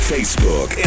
Facebook